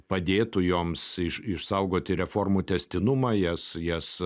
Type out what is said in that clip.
padėtų joms išsaugoti reformų tęstinumą jas jas